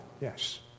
Yes